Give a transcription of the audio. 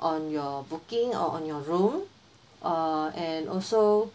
on your booking or on your room uh and also